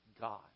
God